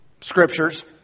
scriptures